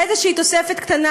איזושהי תוספת קטנה,